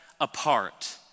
apart